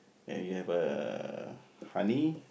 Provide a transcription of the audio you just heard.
and you have a honey